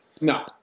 No